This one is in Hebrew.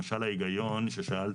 למשל ההיגיון ששאלת,